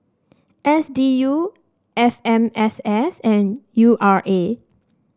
S D U F M S S and U R A